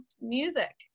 music